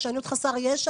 כשאני אומרת חסר ישע,